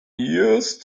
used